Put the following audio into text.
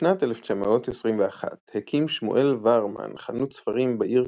בשנת 1921 הקים שמואל וואהרמן חנות ספרים בעיר